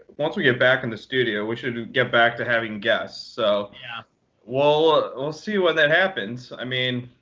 once we get back in the studio, we should get back to having guests. so yeah we'll ah we'll see when that happens. i mean,